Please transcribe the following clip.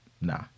Nah